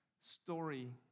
story